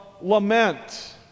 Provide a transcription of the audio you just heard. lament